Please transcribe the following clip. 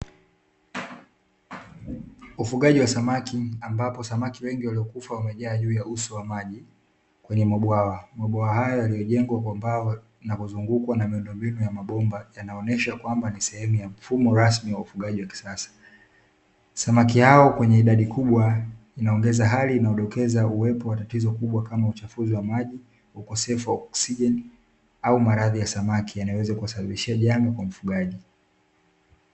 Ufugaji wa samaki ambapo, samaki wengi waliokufa wamejaa juu ya uso wa maji, kwenye mabwawa. Mabwawa haya yamejengwa kwa mbao na kuzungukwa na miundombinu ya mabomba, yanayoonyesha kwamba ni sehemu ya mfumo rasmi wa ufugaji wa kisasa. Samaki hawa kwenye idadi kubwa inaongeza hali inayodokeza uwepo wa tatizo kubwa kama: uchafuzi wa maji, ukosefu wa oksijeni au maradhi ya samaki; yanayoweza kuwasababisha janga kwa mfugaji.